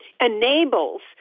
enables